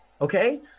okay